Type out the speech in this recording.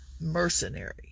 mercenary